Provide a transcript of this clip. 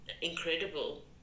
incredible